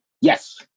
Yes